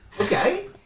Okay